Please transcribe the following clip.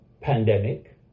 pandemic